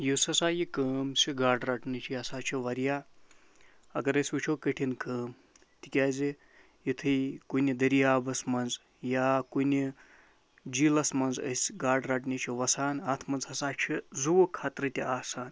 یُس ہسا یہِ کٲم چھِ گاڈٕ رَٹنٕچ یہِ ہسا چھِ واریاہ اگر أسۍ وٕچھو کٔٹِھن کٲم تِکیٛازِ یُتھٕے کُنہِ دریاوَس منٛز یا کُنہِ جیٖلَس منٛز أسۍ گاڈٕ رٹنہِ چھِ وَسان اَتھ منٛز ہسا چھِ زُوُک خطرٕ تہِ آسان